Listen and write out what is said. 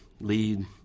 lead